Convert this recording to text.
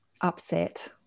upset